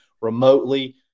remotely –